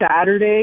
Saturday